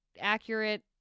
accurate